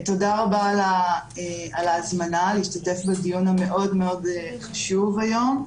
תודה רבה על ההזמנה להשתתף בדיון המאוד מאוד חשוב היום.